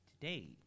Today